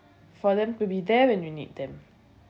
for them to be there when you need them